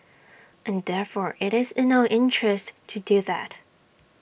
and therefore IT is in our interest to do that